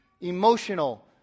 emotional